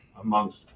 amongst